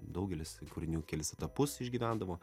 daugelis kūrinių kelis etapus išgyvendavo